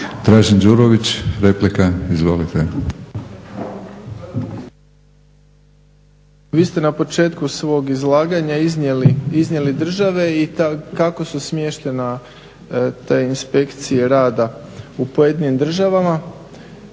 **Đurović, Dražen (HDSSB)** Vi ste na početku svog izlaganja iznijeli države i kako su smještene te inspekcije rada u pojedinim državama.